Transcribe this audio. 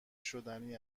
شدنی